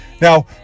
Now